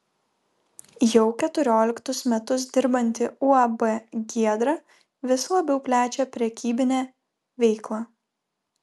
jau keturioliktus metus dirbanti uab giedra vis labiau plečia prekybinę veiklą